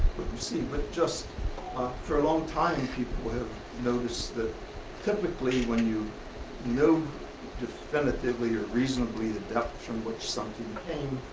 you see but just for a long time people will notice that typically when you know definitively are reasonably the depth from which something came